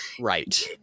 Right